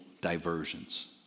diversions